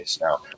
Now